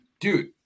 Dude